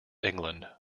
england